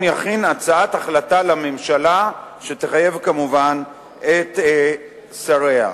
יכין הצעת החלטה לממשלה שתחייב כמובן את שריה.